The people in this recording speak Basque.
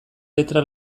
letra